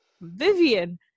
Vivian